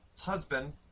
husband